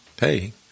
hey